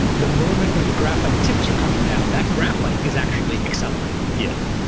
the moment when the graphite tips are coming down, that graphite is actually accelerating? yes.